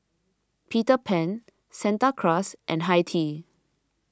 Peter Pan Santa Cruz and Hi Tea